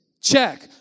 check